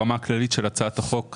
ברמה הכללית של הצעת החוק,